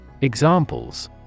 Examples